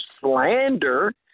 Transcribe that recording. slander